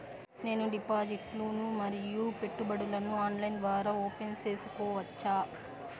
నేను డిపాజిట్లు ను మరియు పెట్టుబడులను ఆన్లైన్ ద్వారా ఓపెన్ సేసుకోవచ్చా?